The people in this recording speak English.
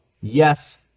yes